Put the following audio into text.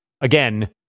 again